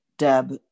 Deb